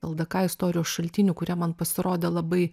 ldk istorijos šaltinių kurie man pasirodė labai